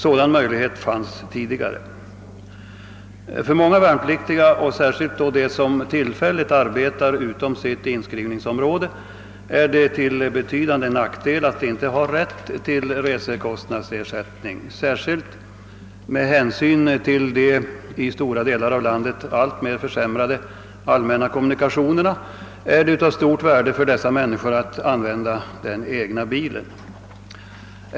Sådan möjlighet fanns tidigare. För många värnpliktiga — speciellt för dem som tillfälligt arbetar utanför sitt inskrivningsområde — är det till betydande nackdel att de inte har rätt till resekostnadsersättning. Särskilt med hänsyn till de i stora delar av landet alltmer försämrade allmänna kommunikationerna är det av stort värde för dessa människor att kunna använda den egna bilen.